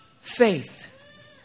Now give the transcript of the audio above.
faith